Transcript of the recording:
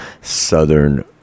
Southern